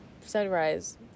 sunrise